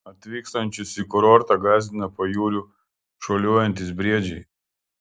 atvykstančius į kurortą gąsdina pajūriu šuoliuojantys briedžiai